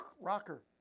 rocker